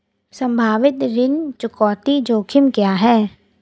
संभावित ऋण चुकौती जोखिम क्या हैं?